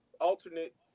alternate